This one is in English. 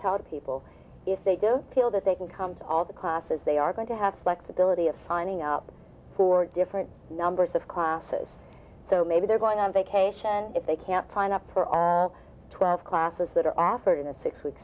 tell people if they don't feel that they can comes all the classes they are going to have flexibility of signing up for different numbers of classes so maybe they're going on vacation if they can't find up for twelve classes that are offered in a six week